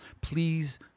Please